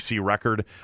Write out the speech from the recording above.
record